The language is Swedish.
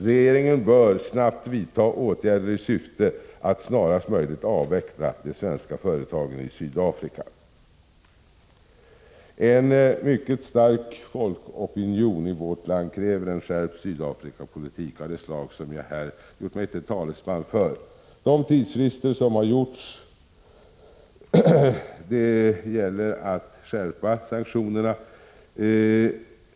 Regeringen bör snabbt vidta åtgärder i syfte att snarast möjligt avveckla de svenska företagen i Sydafrika. En mycket stark folkopinion i vårt land kräver en skärpt Sydafrikapolitik av det slag som jag här har gjort mig till talesman för.